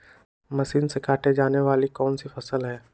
Machine से काटे जाने वाली कौन सी फसल है?